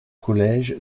collège